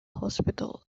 hospital